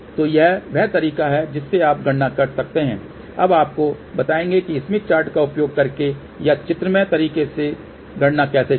तो यह वह तरीका है जिससे आप गणना कर सकते हैं अब आपको बताएगें कि स्मिथ चार्ट का उपयोग करके या चित्रमय तरीके से गणना कैसे करें